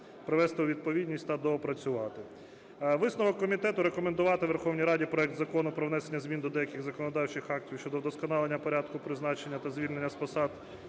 привести у відповідність та доопрацювати. Висновок комітету: рекомендувати Верховній Раді проект Закону про внесення змін до деяких законодавчих актів України щодо вдосконалення порядку призначення та звільнення з посад